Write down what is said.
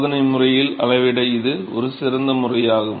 சோதனை முறையில் அளவிட இது ஒரு சிறந்த முறையாகும்